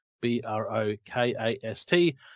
b-r-o-k-a-s-t